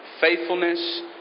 faithfulness